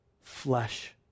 flesh